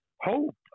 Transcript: hope